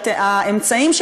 החיים.